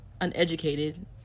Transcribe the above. uneducated